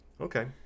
Okay